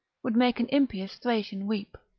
would make an impious thracian weep.